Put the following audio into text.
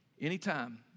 Anytime